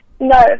No